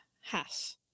half